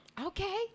Okay